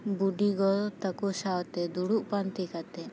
ᱵᱩᱰᱤᱜᱚ ᱛᱟᱠᱚ ᱥᱟᱶᱛᱮ ᱫᱩᱲᱩᱵ ᱯᱟᱱᱛᱮ ᱠᱟᱛᱮ